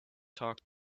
talk